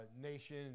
nation